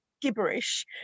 gibberish